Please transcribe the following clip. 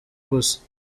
gusa